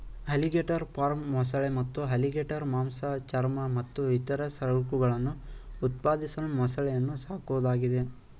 alligator farm ಮೊಸಳೆ ಮತ್ತು alligator ಮಾಂಸ ಚರ್ಮ ಮತ್ತು ಇತರ ಸರಕುಗಳನ್ನು ಉತ್ಪಾದಿಸಲು ಮೊಸಳೆಯನ್ನು ಸಾಕೋದಾಗಿದೆ